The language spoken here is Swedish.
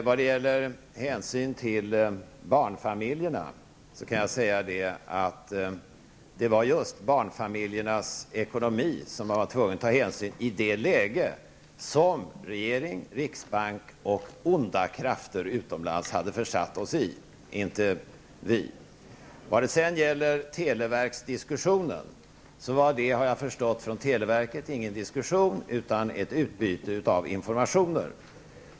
Vad gäller hänsynen till barnfamiljerna var det just barnfamiljernas ekonomi som man var tvungen att ta hänsyn till i det läge som regering, riksbank och onda krafter utomlands hade försatt oss i -- inte vi. När det sedan gäller diskussionen om televerket, har jag förstått från televerket att det inte var någon diskussion, utan ett utbyte av informationer.